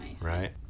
right